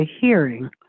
hearing